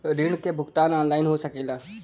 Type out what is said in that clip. ऋण के भुगतान ऑनलाइन हो सकेला?